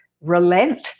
relent